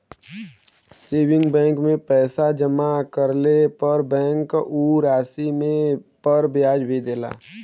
saving bank में पैसा जमा करले पर बैंक उ राशि पर ब्याज भी देला